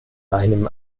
einem